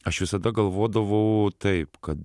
aš visada galvodavau taip kad